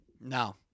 No